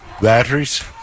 Batteries